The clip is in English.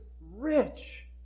rich